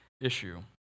issue